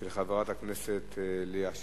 של חברת הכנסת ליה שמטוב,